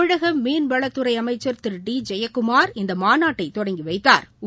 தமிழக மீன்வளத்துறை அமைச்சள் திரு டி ஜெயக்குமாா் இந்த மாநாட்டை தொடங்கி வைத்தாா்